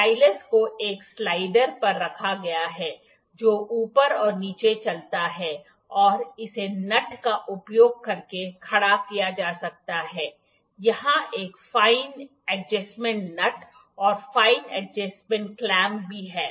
stylus को एक slider पर रखा गया है जो ऊपर और नीचे चलता है और इसे नट का उपयोग करके कड़ा किया जा सकता है यहां एक फाइंन एडजेस्टमेंट नट और फाइंन एडजेस्टमेंट क्लैंप भी है